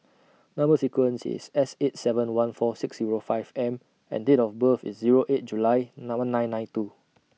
Number sequence IS S eight seven one four six Zero five M and Date of birth IS Zero eight July nine one nine two